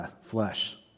flesh